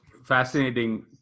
Fascinating